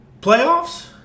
playoffs